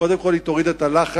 קודם כול היא תוריד את הלחץ,